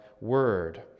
Word